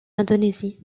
indonésie